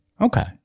Okay